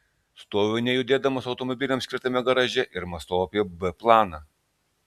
stoviu nejudėdamas automobiliams skirtame garaže ir mąstau apie b planą